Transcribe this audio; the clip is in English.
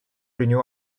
renew